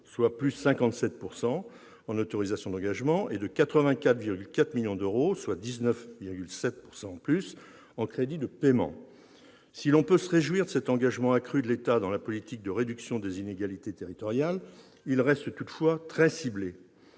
de 57 % en autorisations d'engagement, et de 84,4 millions d'euros, soit une hausse de 19,7 %, en crédits de paiement. Si l'on peut se réjouir de cet engagement accru de l'État dans la politique de réduction des inégalités territoriales, il reste toutefois très ciblé.